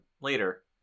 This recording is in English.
later